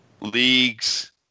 leagues